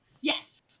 yes